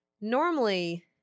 Normally